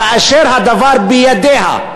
כאשר הדבר בידיה.